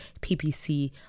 PPC